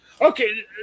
Okay